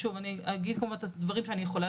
אני אגיד כמובן את הדברים שאני יכולה